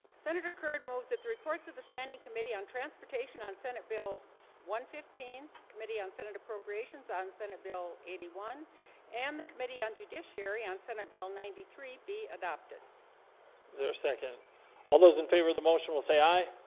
senator curd moves that the reports of the standing committee on transportation on senate bill one hundred and fifteen committee on senate appropriations on senate bill eighty one and the committee on judiciary on senate bill ninety three be adopted is there a second all those in favor of the motion will say aye?